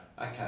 Okay